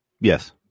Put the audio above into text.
Yes